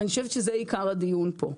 ואני חושבת שזה עיקר הדיון פה.